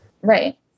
right